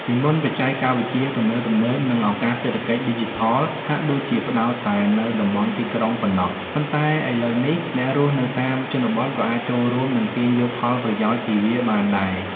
ពីមុនបច្ចេកវិទ្យាទំនើបៗ និងឱកាសសេដ្ឋកិច្ចឌីជីថលហាក់ដូចជាផ្តោតតែនៅតំបន់ទីក្រុងប៉ុណ្ណោះ ប៉ុន្តែឥឡូវនេះ អ្នករស់នៅតាមជនបទក៏អាចចូលរួម និងទាញយកផលប្រយោជន៍ពីវាបានដែរ។។